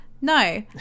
No